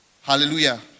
Hallelujah